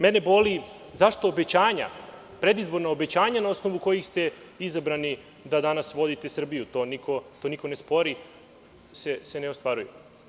Mene boli zašto obećanja, predizborna obećanja na osnovu kojih ste izabrani da danas vodite Srbiju, ali to niko ne spori i to se ne ostvaruje.